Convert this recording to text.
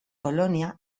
colonia